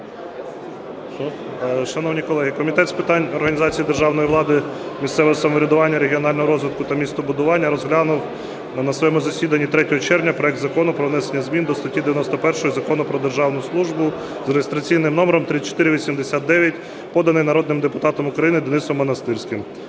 Шановні колеги, Комітет з питань організації державної влади, місцевого самоврядування, регіонального розвитку та містобудування розглянув на своєму засіданні 3 червня проект Закону про внесення змін до статті 91 Закону "Про державну службу" (з реєстраційним номером 3489), поданий народним депутатом України Денисом Монастирським.